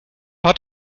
hat